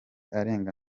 arenga